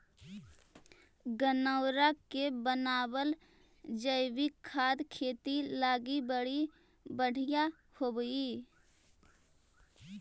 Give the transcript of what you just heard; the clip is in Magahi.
गनऔरा से बनाबल जैविक खाद खेती लागी बड़ी बढ़ियाँ होब हई